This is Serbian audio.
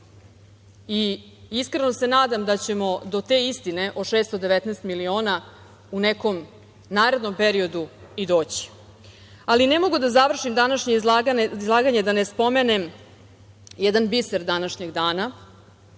i iskreno se nadam da ćemo do te istine od 619 miliona u nekom narednom periodu i doći. Ne mogu da završim današnje izlaganje da ne spomenem jedan biser današnjeg dana